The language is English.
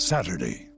Saturday